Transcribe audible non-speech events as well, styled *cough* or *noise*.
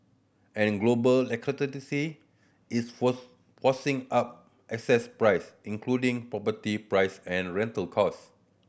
and global *unintelligible* is force forcing up *unintelligible* price including property price and rental cost